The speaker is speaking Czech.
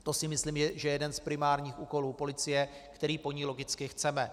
To si myslím, že je jeden z primárních úkolů policie, který po ní logicky chceme.